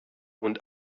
und